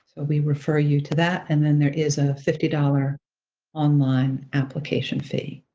we refer you to that, and then there is a fifty online application fee.